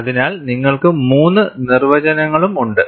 അതിനാൽ നിങ്ങൾക്ക് മൂന്ന് നിർവചനങ്ങളും ഉണ്ട്